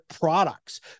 products